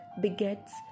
begets